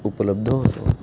उपलब्ध होतो